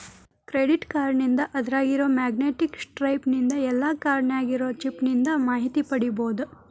credit ಕಾರ್ಡ್ನಿಂದ ಅದ್ರಾಗಿರೊ magnetic stripe ನಿಂದ ಇಲ್ಲಾ ಕಾರ್ಡ್ ನ್ಯಾಗಿರೊ ಚಿಪ್ ನಿಂದ ಮಾಹಿತಿ ಪಡಿಬೋದು